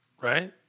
right